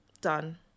done